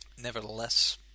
Nevertheless